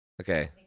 Okay